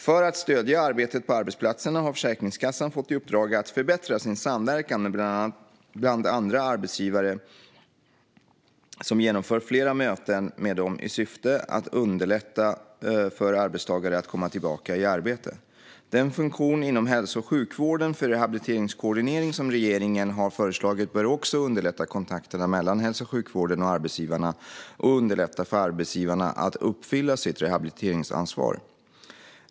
För att stödja arbetet på arbetsplatserna har Försäkringskassan fått i uppdrag att förbättra sin samverkan med bland andra arbetsgivare och genomföra fler möten med dem i syfte att underlätta för arbetstagare att komma tillbaka i arbete. Den funktion inom hälso och sjukvården för rehabiliteringskoordinering som regeringen har föreslagit bör också underlätta kontakterna mellan hälso och sjukvården och arbetsgivarna och underlätta för arbetsgivarna att uppfylla sitt rehabiliteringsansvar.